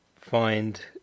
find